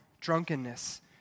drunkenness